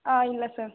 ஆ இல்லை சார்